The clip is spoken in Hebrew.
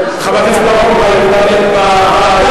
חבר הכנסת בר-און,